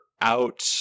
out